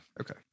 Okay